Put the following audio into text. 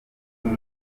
abo